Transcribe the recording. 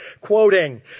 Quoting